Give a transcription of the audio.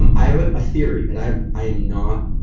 and i have a theory, and i i am not.